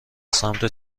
سمت